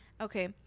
Okay